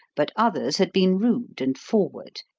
but others had been rude and forward,